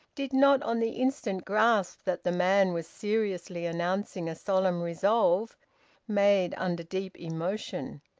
did not on the instant grasp that the man was seriously announcing a solemn resolve made under deep emotion.